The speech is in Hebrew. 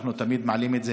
אנחנו תמיד מעלים את זה,